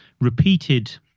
Repeated